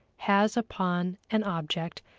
has upon an object,